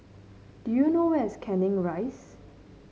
do you know where's Canning Rise